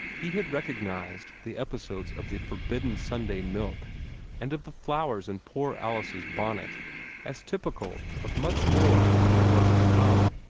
he had recognized the episodes of the forbidden sunday milk and of the flowers in poor alice's bonnet as typical of much more that was to come.